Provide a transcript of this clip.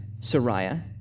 Sariah